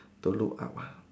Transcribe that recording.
to look up uh